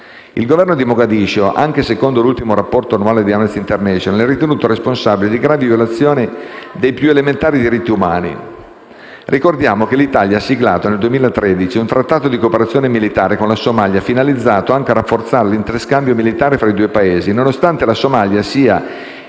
Il Governo di Mogadiscio, anche secondo l'ultimo rapporto annuale di Amnesty International, è ritenuto responsabile di gravi violazioni dei più elementari diritti umani. Ricordiamo che l'Italia ha siglato nel 2013 un trattato di cooperazione militare con la Somalia finalizzato anche a rafforzare l'interscambio militare fra i due Paesi, nonostante la Somalia sia uno